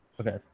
Okay